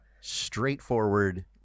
straightforward